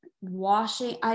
washing